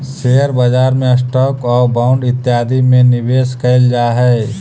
share बाजार में stock आउ बांड इत्यादि में निवेश कैल जा हई